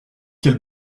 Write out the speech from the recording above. quel